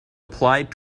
applied